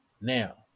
Now